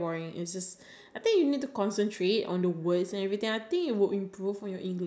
ya and then and for a minute I mean nobody can do for a minute straight